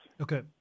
Okay